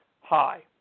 high